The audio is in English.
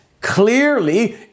clearly